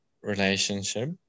relationship